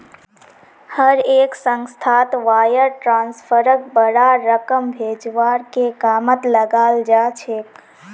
हर एक संस्थात वायर ट्रांस्फरक बडा रकम भेजवार के कामत लगाल जा छेक